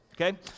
Okay